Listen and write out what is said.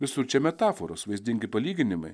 visur čia metaforos vaizdingi palyginimai